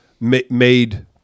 made